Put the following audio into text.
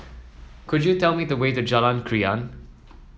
could you tell me the way to Jalan Krian